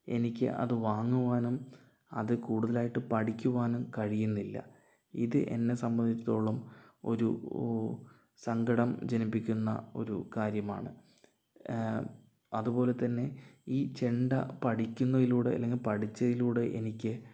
എനിക്ക് അത് വാങ്ങുവാനും അത് കൂടുതലായിട്ട് പഠിക്കുവാനും കഴിയുന്നില്ല ഇത് എന്നെ സംബന്ധിച്ചിടത്തോളം ഒരു ഉ സങ്കടം ജനിപ്പിക്കുന്ന ഒരു കാര്യമാണ് അതുപോലെ തന്നെ ഈ ചെണ്ട പഠിക്കുന്നതിലൂടെ അല്ലെങ്കിൽ പഠിച്ചതിലൂടെ എനിക്ക്